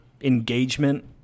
engagement